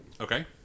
Okay